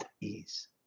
ease